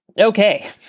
Okay